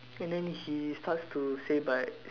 and then he starts to say but